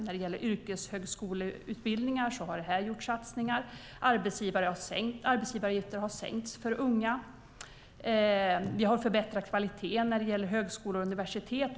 När det gäller yrkeshögskoleutbildningar har det gjorts satsningar. Arbetsgivaravgifter har sänkts för unga. Vi har förbättrat kvaliteten när det gäller högskolor och universitet.